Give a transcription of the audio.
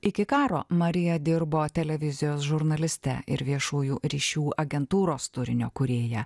iki karo marija dirbo televizijos žurnaliste ir viešųjų ryšių agentūros turinio kūrėja